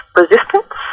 resistance